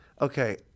Okay